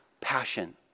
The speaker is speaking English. passion